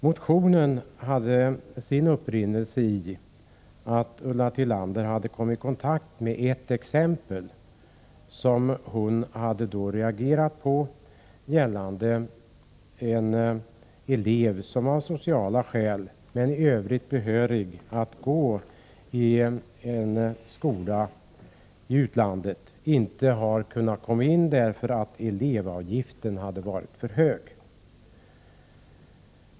Motionen hade sin upprinnelse i att Ulla Tillander reagerade när hon fick veta att en elev av sociala skäl, men i övrigt behörig att gå i en skola i utlandet, inte kunde göra det. Avgiften var nämligen för hög.